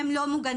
הם לא מוגנים.